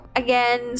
again